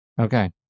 Okay